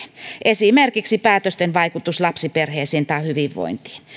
esimerkiksi päätösten vaikutus lapsiperheisiin tai hyvinvointiin